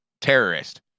terrorist